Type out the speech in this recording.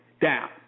down